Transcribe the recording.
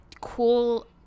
cool